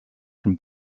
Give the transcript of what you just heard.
from